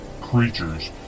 creatures